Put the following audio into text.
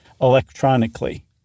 electronically